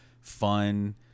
fun